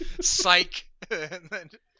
Psych